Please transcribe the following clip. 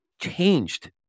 changed